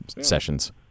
sessions